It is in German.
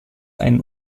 einen